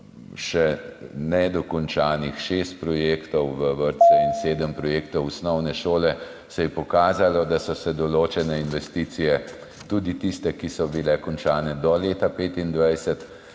še nedokončanih šest projektov v vrtce in sedem projektov v osnovne šole se je pokazalo, da so se določene investicije, tudi tiste, ki so bile končane do leta 2025,